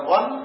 One